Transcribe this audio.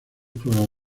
explorador